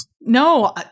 No